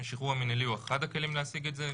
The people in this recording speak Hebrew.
השחרור המינהלי הוא אחד הכלים להשיג את זה.